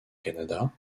canada